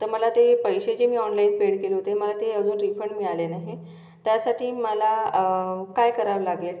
तर मला ते पैसे जे मी ऑनलाईन पेड केले होते मला ते अजून रिफंड मिळाले नाही त्यासाठी मला काय करावं लागेल